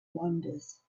wanders